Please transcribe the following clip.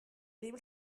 ddim